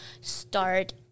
start